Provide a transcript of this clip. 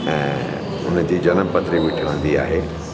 ऐं उनजी जन्मपत्री बि ठहंदी आहे